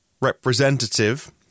representative